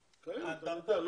האנדרטה.